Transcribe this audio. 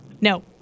No